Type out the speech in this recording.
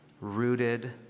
rooted